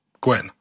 Gwen